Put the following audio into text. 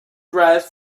drives